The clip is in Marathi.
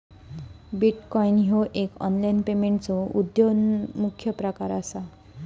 बिटकॉईन ह्यो एक ऑनलाईन पेमेंटचो उद्योन्मुख प्रकार असा